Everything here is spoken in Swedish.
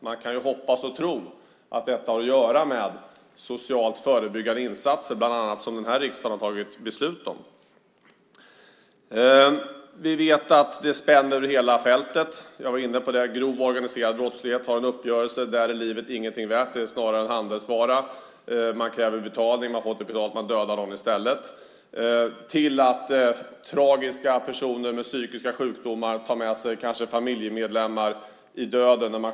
Man kan hoppas och tro att det har att göra med de socialt förebyggande insatser som bland annat denna riksdag fattat beslut om. Vidare vet vi att detta spänner över hela fältet. Jag har tidigare varit inne på det. Det spänner från att livet i grov organiserad brottslighets uppgörelser inte är något värt utan snarare är en handelsvara - man kräver betalning, och får man inte betalt dödar man i stället - till att tragiska personer med psykiska sjukdomar vid självmord kanske tar med sig familjemedlemmar i döden.